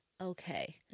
okay